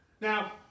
Now